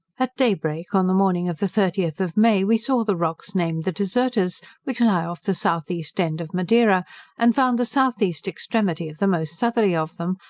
at daybreak, on the morning of the thirtieth of may we saw the rocks named the deserters, which lie off the south-east end of madeira and found the south-east extremity of the most southerly of them,